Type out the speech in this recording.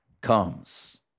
comes